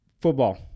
Football